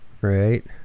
Right